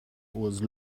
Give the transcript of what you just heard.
was